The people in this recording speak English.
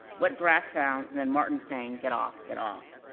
wet grass sounds, and then martin saying, get off, get off.